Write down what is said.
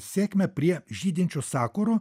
sėkmę prie žydinčių sakurų